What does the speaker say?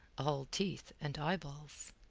all teeth and eyeballs.